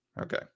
Okay